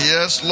Yes